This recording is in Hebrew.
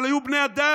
אבל הם היו בני אדם,